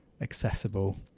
accessible